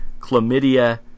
chlamydia